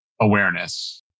awareness